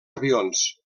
avions